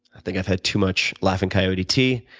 i think i've had too much laughing coyote tea.